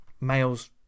males